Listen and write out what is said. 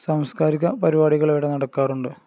സാംസ്കാരിക പരിപാടികളിവിടെ നടക്കാറുണ്ട്